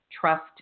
trust